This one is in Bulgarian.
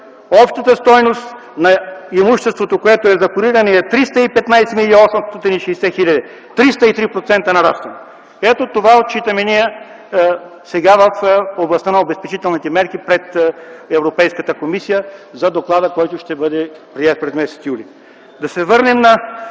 общата стойност на имуществото, което е запорирано, е 315 млн. 860 хил. лв. – 303% нарастване. Ето това отчитаме сега в областта на обезпечителните мерки пред Европейската комисия за доклада, който ще бъде приет през м. юли.